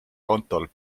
kontol